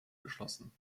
geschlossen